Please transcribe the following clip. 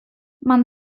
man